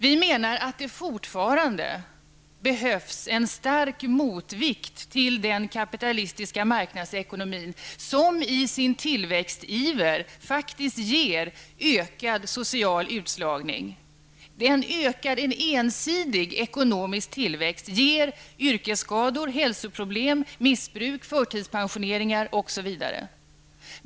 Vi menar att det fortfarande behövs en stark motvikt till den kapitalistiska marknadsekonomin, som i sin tillväxtiver faktiskt ges ökad social utslagning. En ensidig ekonomisk tillväxt ger yrkesskador, hälsoproblem, missbruk, förtidspensioneringar, osv.